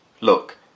Look